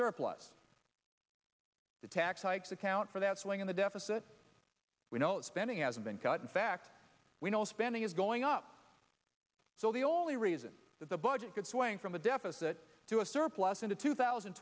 surplus the tax hikes account for that swing in the deficit we know spending as been cut in fact we know spending is going up so the only reason that the budget could swing from a deficit to a surplus into two thousand